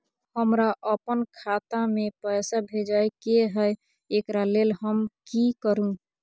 हमरा अपन खाता में पैसा भेजय के है, एकरा लेल हम की करू?